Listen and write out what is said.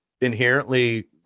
inherently